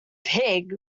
pig